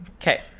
Okay